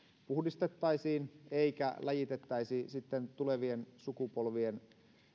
puhdistettaisiin eikä läjitettäisi sitten tulevien sukupolvien